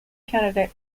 candidate